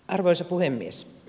arvoisa puhemies